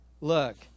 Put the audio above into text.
look